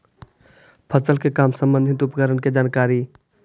फसल के काम संबंधित उपकरण के जानकारी?